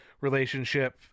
relationship